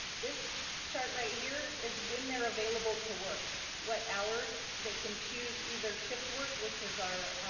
this chart right here is when they are available to work. what hours they can choose either shift work which is our